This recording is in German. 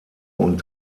und